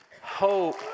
Hope